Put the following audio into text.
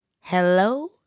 Hello